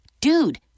dude